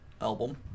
album